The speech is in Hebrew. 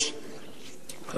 חברי חברי הכנסת,